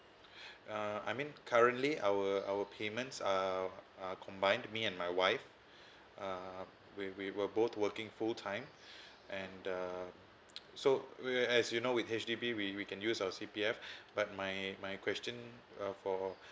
uh I mean currently our our payments uh are combine me and my wife uh we we were both working full time and uh so as you know with H_D_B we we can use our C_P_F but my my question uh for